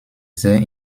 sehr